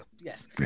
Yes